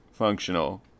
functional